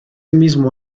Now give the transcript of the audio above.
mismo